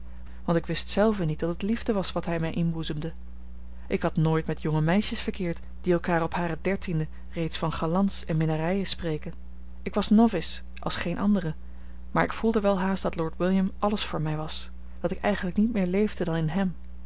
want ik wist zelve niet dat het liefde was wat hij mij inboezemde ik had nooit met jonge meisjes verkeerd die elkaar op haar dertiende reeds van galants en minnarijen spreken ik was novice als geene andere maar ik voelde welhaast dat lord william alles voor mij was dat ik eigenlijk niet meer leefde dan in hem